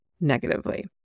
negatively